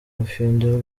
bufindo